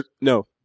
No